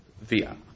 via